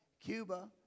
Cuba